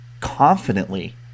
confidently